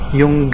yung